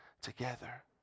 together